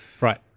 Right